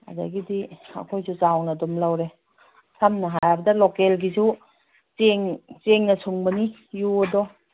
ꯑꯗꯒꯤꯗꯤ ꯑꯩꯈꯣꯏꯁꯨ ꯆꯥꯎꯅ ꯑꯗꯨꯝ ꯂꯧꯔꯦ ꯁꯝꯅ ꯍꯥꯏꯔꯕꯗ ꯂꯣꯀꯦꯜꯒꯤꯁꯨ ꯆꯦꯡꯅ ꯁꯨꯡꯕꯅꯤ ꯌꯨꯑꯗꯣ